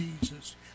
Jesus